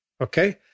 okay